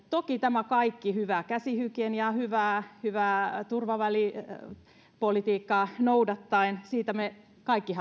toki tämä kaikki hyvää käsihygieniaa ja hyvää turvavälipolitiikkaa noudattaen siitä me kaikki